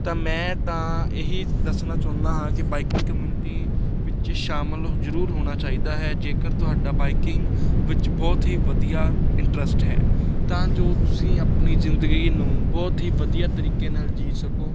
ਤਾਂ ਮੈਂ ਤਾਂ ਇਹੀ ਦੱਸਣਾ ਚਾਹੁੰਦਾ ਹਾਂ ਕਿ ਬਾਈਕਿੰਗ ਕਮਿਊਨਿਟੀ ਵਿੱਚ ਸ਼ਾਮਿਲ ਜ਼ਰੂਰ ਹੋਣਾ ਚਾਹੀਦਾ ਹੈ ਜੇਕਰ ਤੁਹਾਡਾ ਬਾਈਕਿੰਗ ਵਿੱਚ ਬਹੁਤ ਹੀ ਵਧੀਆ ਇੰਟਰਸਟ ਹੈ ਤਾਂ ਜੋ ਤੁਸੀਂ ਆਪਣੀ ਜ਼ਿੰਦਗੀ ਨੂੰ ਬਹੁਤ ਹੀ ਵਧੀਆ ਤਰੀਕੇ ਨਾਲ ਜੀਅ ਸਕੋ